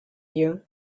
you